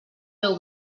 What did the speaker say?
meu